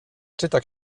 czyta